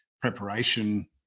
preparation